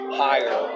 higher